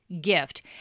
gift